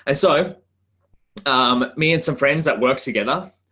ah so um me and some friends that work together.